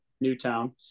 Newtown